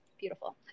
Beautiful